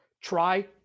Try